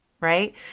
right